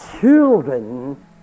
children